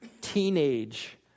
teenage